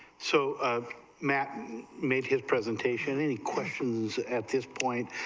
so of man made his presentation any questions at this point,